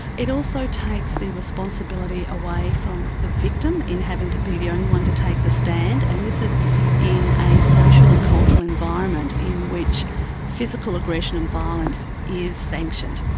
it also takes the responsibility away from the victim in having to be the only one to take the stand, and this is in a social and cultural environment in which physical aggression and violence is sanctioned.